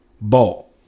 Ball